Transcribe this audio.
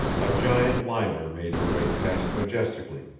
a giant liner made her way past majestically,